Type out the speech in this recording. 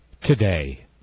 today